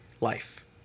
life